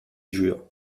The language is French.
jure